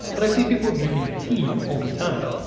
but i see people drinking tea all the time.